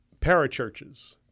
Parachurches